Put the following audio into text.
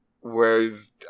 whereas